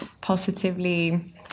positively